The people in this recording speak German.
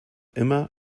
immer